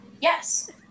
Yes